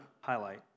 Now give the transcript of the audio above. highlight